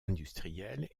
industriel